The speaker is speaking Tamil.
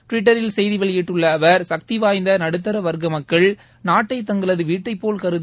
டுவிட்டரில் செய்தி வெளியிட்டுள்ள அவர் சக்தி வாய்ந்த நடுத்தர வர்க்க மக்கள் நாட்டை தங்களது வீட்டைப்போல் கருதி